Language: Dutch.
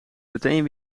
meteen